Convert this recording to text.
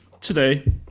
today